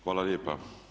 Hvala lijepa.